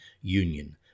Union